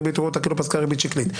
רואים אותה כאילו פסקה ריבית שקלית.